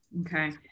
Okay